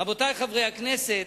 רבותי חברי הכנסת,